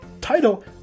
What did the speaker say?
title